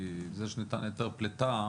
כי זה שנתן היתר פליטה,